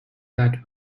that